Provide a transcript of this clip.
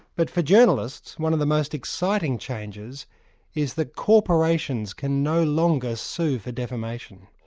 but for journalists, one of the most exciting changes is that corporations can no longer sue for defamation.